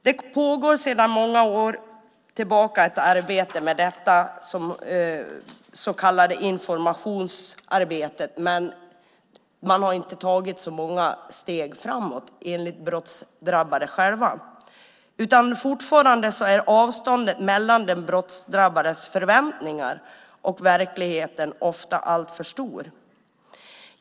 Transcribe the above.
Detta det så kallade informationsarbetet pågår sedan många år tillbaka, men man har inte tagit så många steg framåt enligt de brottsdrabbade själva. Fortfarande är avståndet mellan den brottsdrabbades förväntningar och verkligheten ofta alltför stor.